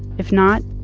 if not,